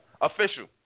Official